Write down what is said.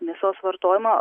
mėsos vartojimą